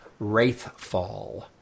Wraithfall